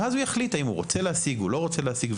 ואם כן איך הוא התחיל להתגבר עליו,